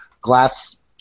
glass